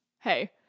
hey